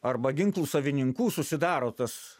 arba ginklų savininkų susidaro tas